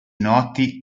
noti